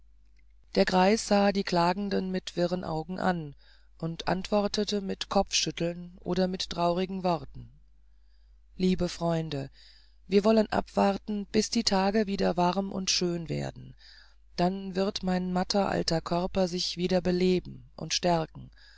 der greis sah die klagenden mit wirren augen an und antwortete mit kopfschütteln oder mit traurigen worten lieben freunde wir wollen abwarten bis die tage wieder warm und schön werden dann wird mein matter alter körper sich wieder beleben und stärken